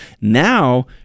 Now